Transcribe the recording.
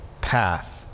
path